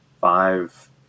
five